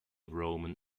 roman